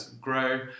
grow